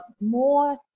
more